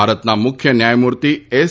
ભારતના મુખ્ય ન્યાયમૂર્તિ એસ